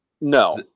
no